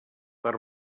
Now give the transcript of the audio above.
per